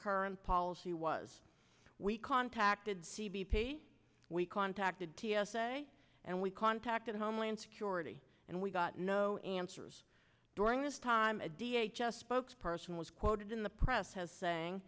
current policy was we contacted c b p we contacted t s a and we contacted homeland security and we got no answers during this time a da just spokes person was quoted in the press has saying